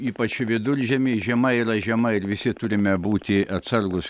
ypač viduržiemį žiema yra žiema ir visi turime būti atsargūs